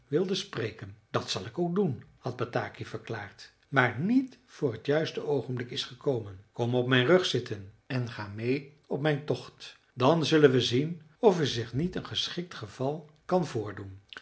wilde spreken dat zal ik ook doen had bataki verklaard maar niet voor het juiste oogenblik is gekomen kom op mijn rug zitten en ga meê op mijn tocht dan zullen we zien of er zich niet een geschikt geval kan voordoen